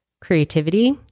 creativity